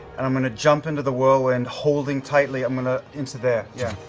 and i'm going to jump into the whirlwind holding tightly i'm going to, into there, yeah